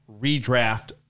redraft